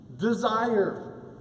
desire